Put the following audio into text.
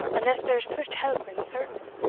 unless there's swift help and certain.